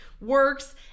works